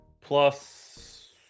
plus